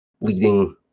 leading